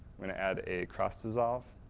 i'm going to add a cross-dissolve.